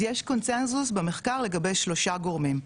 אז יש קונצנזוס במחקר לגבי שלושה גורמים,